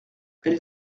elle